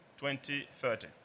2030